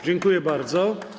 Dziękuję bardzo.